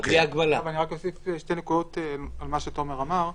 אני רק אוסיף שתי נקודות על מה שתומר אמר: